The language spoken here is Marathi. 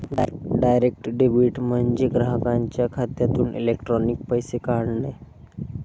डायरेक्ट डेबिट म्हणजे ग्राहकाच्या खात्यातून इलेक्ट्रॉनिक पैसे काढणे